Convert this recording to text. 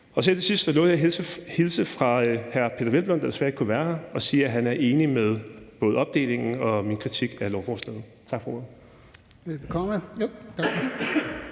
Her til sidst lovede jeg at hilse fra hr. Peder Hvelplund, der desværre ikke kunne være her, og sige, at han er enig i både opdelingen og min kritik af lovforslaget. Tak for ordet. Kl.